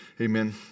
Amen